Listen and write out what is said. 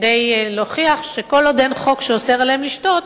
כדי להוכיח שכל עוד שאין חוק שאוסר עליהם לשתות,